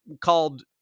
called